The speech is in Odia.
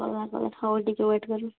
ଅଲ୍ଗା କଲର୍ ହଉ ଟିକେ ୱେଟ୍ କରୁନ୍